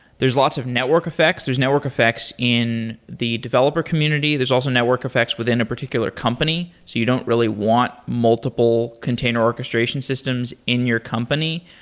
there's lots of network effects. there's network effects in the developer community. there's all so network effects within a particular company, so you don't really want multiple container orchestration systems in your company.